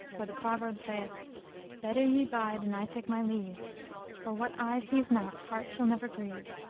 for the proverb saith better ye bide and i take my leave for what eye sees not heart shall never grieve.